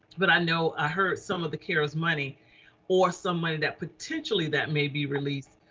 but i know i heard some of the carers money or somebody that potentially, that may be released.